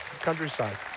countryside